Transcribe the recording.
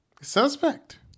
Suspect